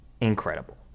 Incredible